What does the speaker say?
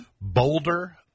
Boulder